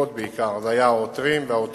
ונציגות בעיקר, זה היה העותרים והעותרות,